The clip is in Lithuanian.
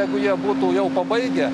jeigu jie būtų jau pabaigę